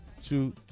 two